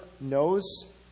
knows